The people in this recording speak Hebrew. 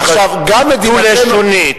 עכשיו, גם מדינתנו,